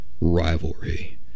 rivalry